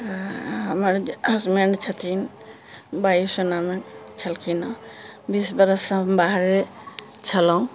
हमर हसबैण्ड छथिन वायुसेनामे छलखिन हेँ बीस बरससँ हम बाहरे छलहुँ